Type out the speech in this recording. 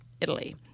Italy